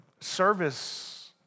service